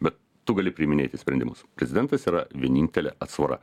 bet tu gali priiminėti sprendimus prezidentas yra vienintelė atsvara